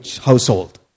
household